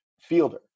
fielder